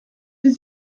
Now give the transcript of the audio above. des